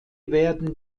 werden